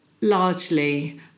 largely